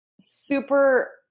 super